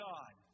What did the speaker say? God